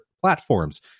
platforms